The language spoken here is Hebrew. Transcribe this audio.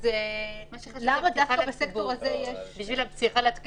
אז למה דווקא בסקטור הזה יש --- מה שחשוב זאת הפתיחה לציבור,